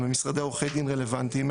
ממשרדי עורכי דין רלוונטיים,